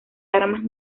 armas